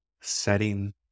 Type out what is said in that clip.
setting